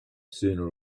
sooner